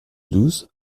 douze